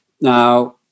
Now